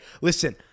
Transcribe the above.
listen